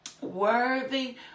Worthy